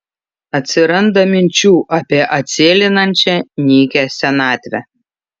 atsiranda minčių apie atsėlinančią nykią senatvę